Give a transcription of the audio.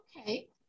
Okay